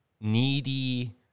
needy